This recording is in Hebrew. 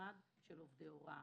מעמד עובדי הוראה.